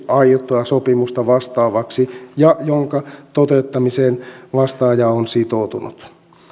aiottua sopimusta vastaavaksi ja jonka toteuttamiseen vastaaja on sitoutunut